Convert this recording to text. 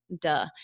Duh